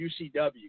UCW